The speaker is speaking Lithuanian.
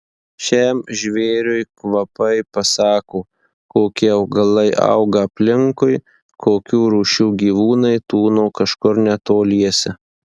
šiam žvėriui kvapai pasako kokie augalai auga aplinkui kokių rūšių gyvūnai tūno kažkur netoliese